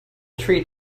tree